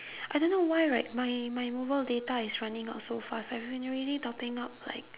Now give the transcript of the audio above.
I don't know why right my my mobile data is running out so fast I've been really topping up like